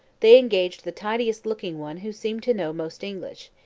they engaged the tidiest-looking one who seemed to know most english,